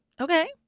Okay